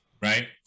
right